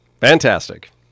Fantastic